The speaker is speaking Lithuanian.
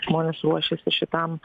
žmonės ruošiasi šitam